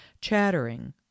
chattering